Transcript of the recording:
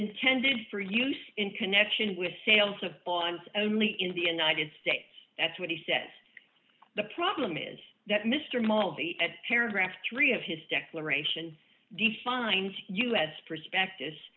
intended for use in connection with sales of bonds only in the united states that's what he said the problem is that mr monti paragraph three of his declaration defines us prospectus